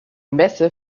messe